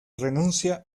renuncia